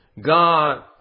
God